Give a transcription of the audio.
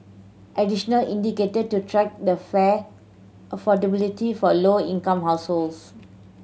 additional indicator to track the fare affordability for low income households